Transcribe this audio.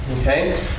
okay